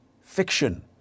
fiction